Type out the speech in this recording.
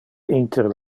inter